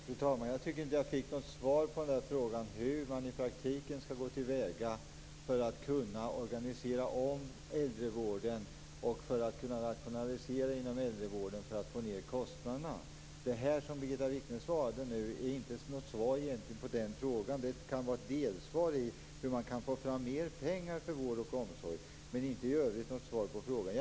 Fru talman! Jag tycker inte att jag fick något svar på frågan hur man i praktiken skall gå till väga för att kunna omorganisera och rationalisera inom äldrevården för att få ned kostnaderna. Det som Birgitta Wichne sade är egentligen inget svar på frågan. Det kan vara ett delsvar på hur man kan få fram mer pengar för vård och omsorg, men i övrigt var det inget svar på frågan.